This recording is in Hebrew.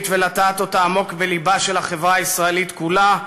ולטעת אותה עמוק בלבה של החברה הישראלית כולה,